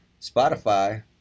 Spotify